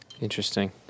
Interesting